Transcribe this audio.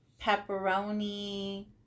pepperoni